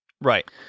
Right